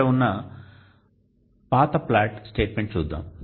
ఇక్కడ ఉన్న పాత ప్లాట్ స్టేట్మెంట్ చూద్దాం